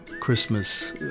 Christmas